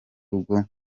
ubwo